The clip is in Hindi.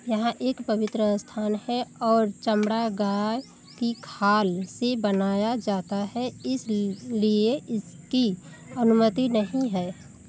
यहाँ एक पवित्र स्थान है और चमड़ा गाय की खाल से बनाया जाता है इसलिए इसकी अनुमति नहीं है